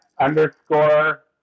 underscore